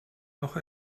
noch